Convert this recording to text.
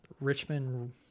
Richmond